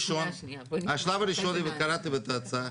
השלב הראשון, אם קראתם את ההצעה,